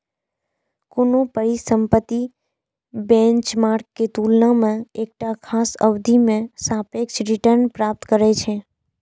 कोनो परिसंपत्ति बेंचमार्क के तुलना मे एकटा खास अवधि मे सापेक्ष रिटर्न प्राप्त करै छै